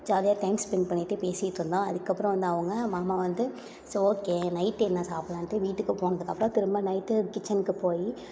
ஜாலியாக time spend பண்ணிவிட்டு பேசிக்கிட்டிருந்தோம் அதுக்கப்புறம் வந்து அவங்க மாமா வந்து ஸோ ஓகே நைட்டு என்ன சாப்பிட்லான்ட்டு வீட்டுக்கு போனதுக்கப்புறம் திரும்ப நைட்டு கிச்சனுக்கு போய்